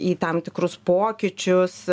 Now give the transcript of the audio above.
į tam tikrus pokyčius